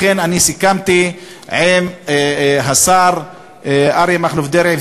לכן סיכמתי עם השר אריה מכלוף דרעי,